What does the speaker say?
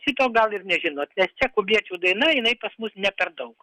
šito gal ir nežinot nes čia kubiečių daina jinai pas mus ne per daug